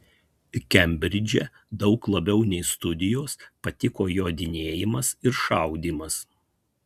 kembridže daug labiau nei studijos patiko jodinėjimas ir šaudymas